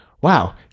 Wow